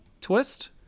twist